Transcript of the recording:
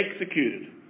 executed